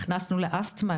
הכנסנו לאסתמה,